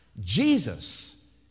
Jesus